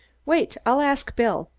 wait! i'll ask bill.